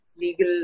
legal